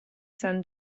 san